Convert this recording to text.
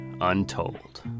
untold